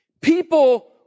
People